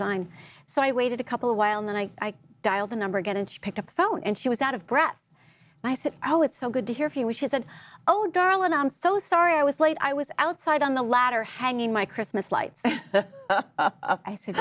sign so i waited a couple a while and then i dialed the number again and she picked up the phone and she was out of breath and i said oh it's so good to hear from you which she said oh darling i'm so sorry i was late i was outside on the latter hanging my christmas lights and i said